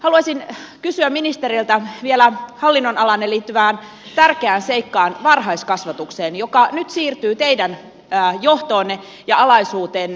haluaisin kysyä ministereiltä vielä hallinnonalaanne liittyvästä tärkeästä seikasta varhaiskasvatuksesta joka nyt siirtyy teidän johtoonne ja alaisuuteenne